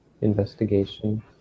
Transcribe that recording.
investigation